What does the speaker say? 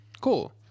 Cool